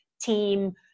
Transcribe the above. team